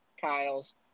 Kyle's